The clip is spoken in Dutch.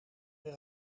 weer